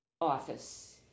office